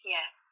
Yes